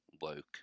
woke